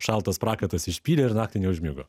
šaltas prakaitas išpylė ir naktį neužmigo